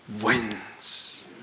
wins